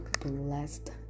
blessed